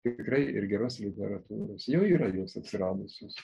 tikrai ir geros literatūros jau yra jos atsiradusios